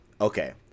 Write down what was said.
okay